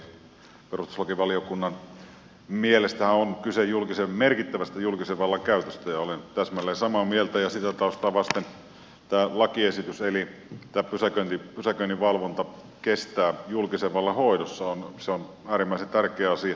perustuslakivaliokunnan mielestähän on kyse merkittävästä julkisen vallan käytöstä ja olen täsmälleen samaa mieltä ja sitä taustaa vasten tämä lakiesitys eli että tämä pysäköinninvalvonta kestää julkisen vallan hoidossa on äärimmäisen tärkeä asia